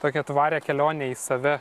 tokią tvarią kelionę į save